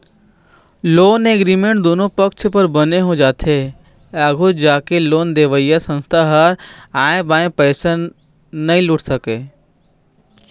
loan agreement दुनो पक्छ बर बने हो जाथे आघू जाके लोन देवइया संस्था ह आंय बांय पइसा नइ लूट सकय